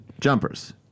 jumpers